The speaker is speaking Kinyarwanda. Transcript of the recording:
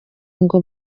ngo